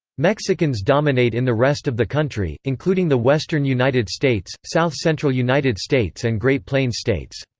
mexicans dominate in the rest of the country, including the western united states, south central united states and great plains states.